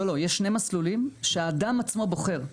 לא, יש שני מסלולים שהאדם עצמו בוחר.